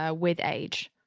ah with age